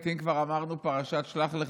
אם כבר באמת אמרנו פרשת שלח לך,